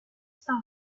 stop